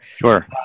Sure